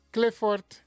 Clifford